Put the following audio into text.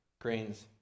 grains